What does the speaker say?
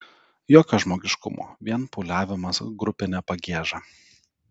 jokio žmogiškumo vien pūliavimas grupine pagieža